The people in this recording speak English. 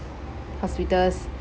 hospitals